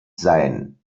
sein